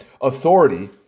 authority